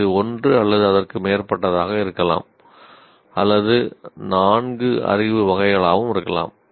இது ஒன்று அல்லது அதற்கு மேற்பட்டதாக இருக்கலாம் அல்லது நான்கு அறிவு வகைகளாகவும் இருக்கலாம்